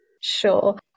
Sure